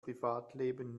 privatleben